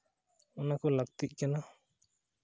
ᱚᱱᱟ ᱠᱚ ᱞᱟᱹᱠᱛᱤᱜ ᱠᱟᱱᱟ